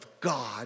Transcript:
God